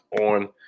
on